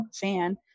fan